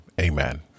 amen